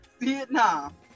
Vietnam